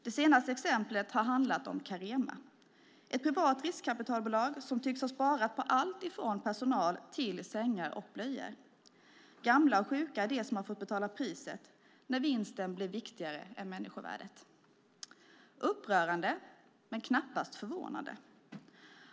Det senaste exemplet har handlat om Carema, ett privat riskkapitalbolag som tycks ha sparat på allt från personal till sängar och blöjor. Gamla och sjuka är de som har fått betala priset när vinsten blev viktigare än människovärdet. Det är upprörande men knappast förvånande.